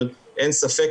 אבל אין ספק,